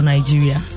Nigeria